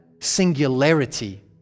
singularity